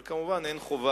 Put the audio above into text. אבל פה,